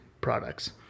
products